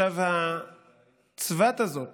הצבת הזאת